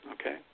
okay